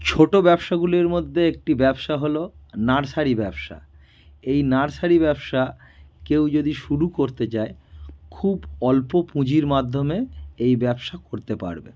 ছোটো ব্যবসাগুলির মধ্যে একটি ব্যবসা হলো নার্সারি ব্যবসা এই নার্সারি ব্যবসা কেউ যদি শুরু করতে যায় খুব অল্প পুঁজির মাধ্যমে এই ব্যবসা করতে পারবে